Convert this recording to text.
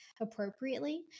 appropriately